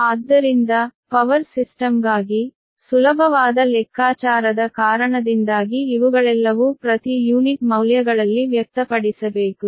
ಆದ್ದರಿಂದ ಪವರ್ ಸಿಸ್ಟಮ್ಗಾಗಿ ಸುಲಭವಾದ ಲೆಕ್ಕಾಚಾರದ ಕಾರಣದಿಂದಾಗಿ ಇವುಗಳೆಲ್ಲವೂ ಪ್ರತಿ ಯೂನಿಟ್ ಮೌಲ್ಯಗಳಲ್ಲಿ ವ್ಯಕ್ತಪಡಿಸಬೇಕು